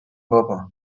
بابا